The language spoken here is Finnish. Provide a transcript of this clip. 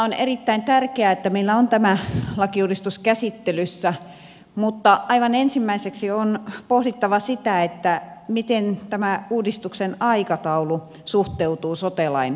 on erittäin tärkeää että meillä on tämä lakiuudistus käsittelyssä mutta aivan ensimmäiseksi on pohdittava sitä miten tämän uudistuksen aikataulu suhteutuu sote lain uudistukseen